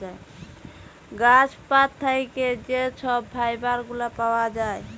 গাহাচ পাত থ্যাইকে যে ছব ফাইবার গুলা পাউয়া যায়